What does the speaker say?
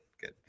good